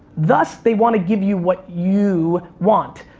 thus, they want to give you what you want.